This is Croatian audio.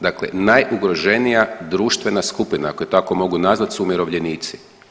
Dakle najugroženija društvena skupina, ako je tako mogu nazvati su umirovljenici.